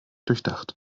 durchdacht